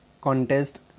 contest